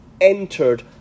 entered